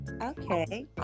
Okay